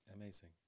Amazing